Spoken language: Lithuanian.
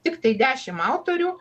tiktai dešim autorių